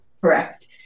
correct